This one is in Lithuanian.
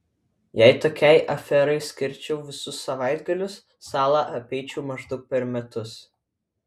jei tokiai aferai skirčiau visus savaitgalius salą apeičiau maždaug per metus